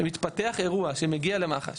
ומתפתח אירוע שמגיע למח"ש,